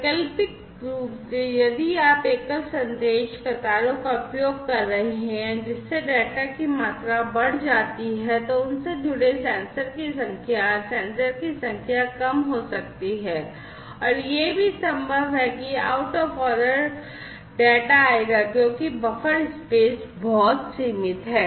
वैकल्पिक रूप से यदि आप एकल संदेश कतारों का उपयोग कर रहे हैं जिससे डेटा की मात्रा बढ़ जाती है तो उनसे जुड़े सेंसर की संख्या सेंसर की संख्या कम हो सकती है और यह भी संभव है कि आउट ऑफ ऑर्डर डेटा आएगा क्योंकि बफर स्पेस बहुत सीमित है